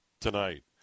tonight